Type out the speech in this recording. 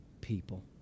people